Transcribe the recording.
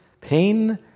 pain